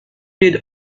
did